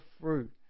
fruit